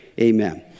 amen